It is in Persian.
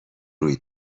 روی